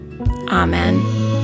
Amen